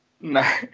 No